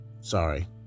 Sorry